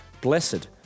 Blessed